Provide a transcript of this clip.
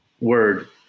word